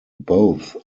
both